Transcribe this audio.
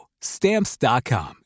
Stamps.com